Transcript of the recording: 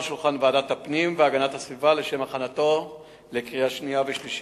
שולחן ועדת הפנים והגנת הסביבה לשם הכנתו לקריאה שנייה ושלישית.